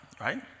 right